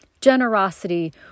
generosity